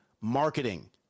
marketing